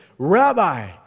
Rabbi